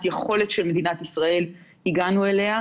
היכולת של מדינת ישראל והגענו אליו.